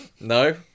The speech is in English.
No